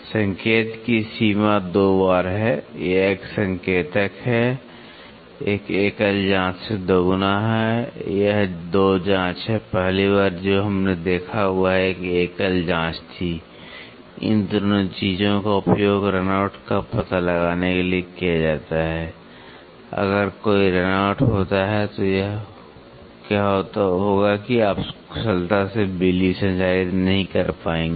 संकेत की सीमा दो बार है यह एक संकेतक है एक एकल जांच से दोगुना है यह 2 जांच है पहली बार जो हमने देखा वह एक एकल जांच थी इन दोनों चीजों का उपयोग रन आउट का पता लगाने के लिए किया जाता है अगर कोई रन आउट होता है तो क्या होगा कि आप कुशलता से बिजली संचारित नहीं कर पाएंगे